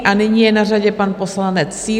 A nyní je na řadě pan poslanec Síla.